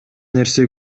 нерсе